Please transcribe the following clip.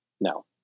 no